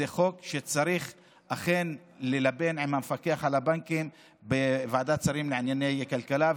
שזה חוק שצריך אכן ללבן עם המפקח על הבנקים בוועדת שרים לענייני כלכלה.